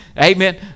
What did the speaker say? Amen